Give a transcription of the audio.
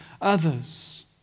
others